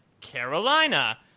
Carolina